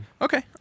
Okay